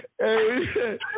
Hey